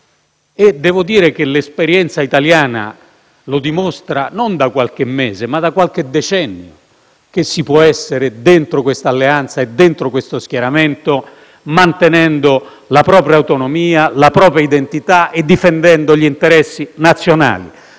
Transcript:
affatto vero. L'esperienza italiana dimostra - e non da qualche mese, ma da qualche decennio - che si può essere dentro questa alleanza e dentro questo schieramento, mantenendo la propria autonomia, la propria identità e difendendo gli interessi nazionali.